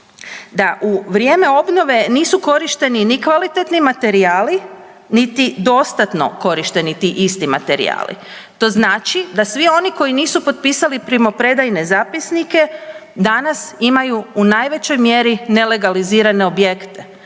da u vrijeme obnove nisu korišteni ni kvalitetni materijali, niti dostatno korišteni ti isti materijali. To znači da svi oni koji nisu potpisali primopredajne zapisnike danas imaju u najvećoj mjeri nelegalizirane objekte